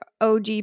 OG